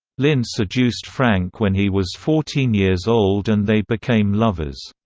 lynn seduced frank when he was fourteen years old and they became lovers.